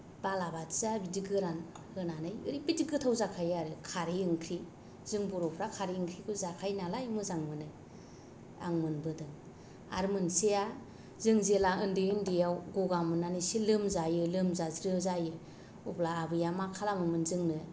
बालाबाथिया बिदि गोरान होनानै ओरैबायदि गोथाव जाखायो आरो खारै ओंख्रि जों बर'फ्रा खारि ओंख्रिखौ जाखायो नालाय मोजां मोनो आं मोनबोदों आरो मोनसेया जों जेला ओन्दै ओन्दैयाव गगा मोननानै इसे लोमजायो लोमजाज्रो जायो अब्ला आबैया मा खालामोमोन जोंनो